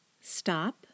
stop